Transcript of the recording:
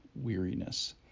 Weariness